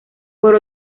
por